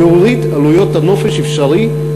להוריד את עלויות הנופש זה אפשרי.